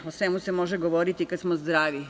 O svemu se može govoriti kada smo zdravi.